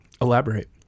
Elaborate